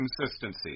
consistency